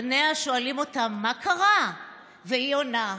בניה שואלים אותה מה קרה והיא עונה: